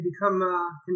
become